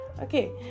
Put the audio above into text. okay